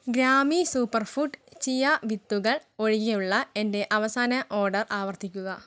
Grammy super food chia വിത്തുകൾ ഒഴികെയുള്ള എന്റെ അവസാന ഓഡർ ആവർത്തിക്കുക